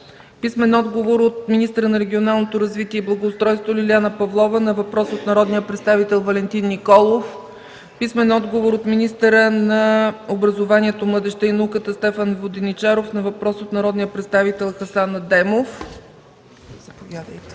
Хлебаров; - министъра на регионалното развитие и благоустройството Лиляна Павлова на въпрос от народния представител Валентин Николов; - министъра на образованието, младежта и науката Стефан Воденичаров на въпрос от народния представител Хасан Адемов; -